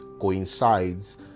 coincides